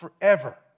forever